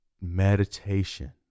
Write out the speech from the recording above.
Meditation